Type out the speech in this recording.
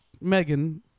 Megan